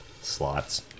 Slots